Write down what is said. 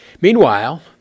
Meanwhile